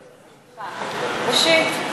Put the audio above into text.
ראשית,